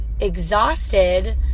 exhausted